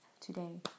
today